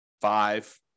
five